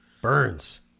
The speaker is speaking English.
burns